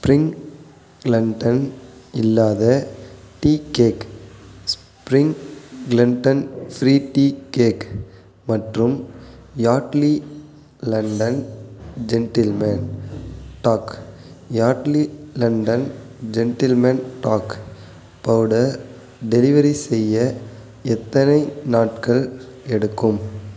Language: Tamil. ஸ்ப்ரிங் லண்டன் இல்லாத tea cake spring London free tea cake மற்றும் Yardley London gentleman talc Yardley London gentleman talc powder delivery செய்ய எத்தனை நாட்கள் எடுக்கும்